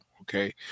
okay